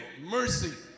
Mercy